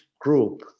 group